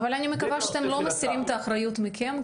אבל אני מקווה שאתם לא מסירים את האחריות מכם,